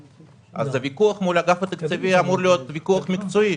אז הוויכוח מול האגף המקצועי אמור להיות ויכוח מקצועי.